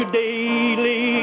daily